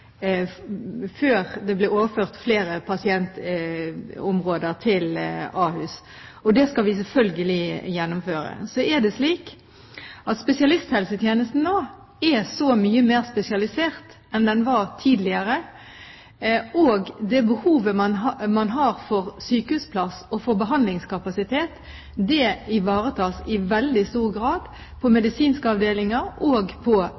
det blir overført flere pasientområder til Ahus. Det skal vi selvfølgelig gjennomføre. Så er det slik at spesialisthelsetjenesten nå er så mye mer spesialisert enn den var tidligere, og det behovet man har for sykehusplass og behandlingskapasitet, ivaretas i veldig stor grad på medisinske avdelinger og på